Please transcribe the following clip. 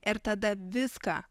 ir tada viską